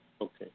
Okay